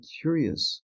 curious